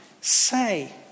say